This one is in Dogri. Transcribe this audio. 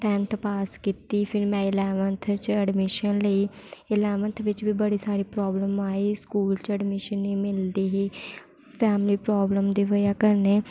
टैन्थ पास कीती फिर में इलैवन्थ च एडमिशन लेई इलैवन्थ बिच्च बी बड़ी सारी प्राब्लम आई स्कूल च एडमिशन नेईं मिलदी ही फैमिली प्रॉब्लम दी बजह कन्नै